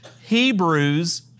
Hebrews